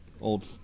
old